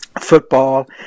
football